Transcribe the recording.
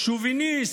שוביניסט,